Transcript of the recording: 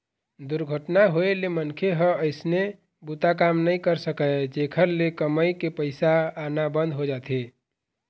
दुरघटना होए ले मनखे ह अइसने बूता काम नइ कर सकय, जेखर ले कमई के पइसा आना बंद हो जाथे